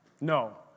No